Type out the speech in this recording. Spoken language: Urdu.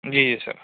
جی جی سر